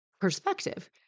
perspective